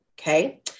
Okay